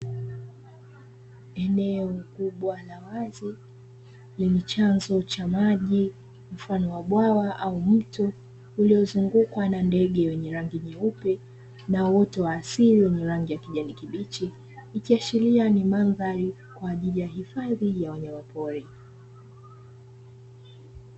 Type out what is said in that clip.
Eneo kubwa la wazi, lenye chanzo cha maji mfano wa bwawa au mto, uliozungukwa na ndege wenye rangi nyeupe na uto wa asili wenye rangi ya kijani kibichi, ikiashiria ni mandhari ya hifadhi ya wanyama pori.